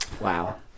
Wow